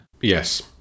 Yes